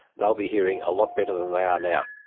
they will be hearing a lot better than they are now.